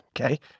Okay